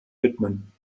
widmen